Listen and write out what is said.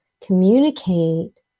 communicate